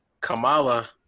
Kamala